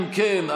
אם כן,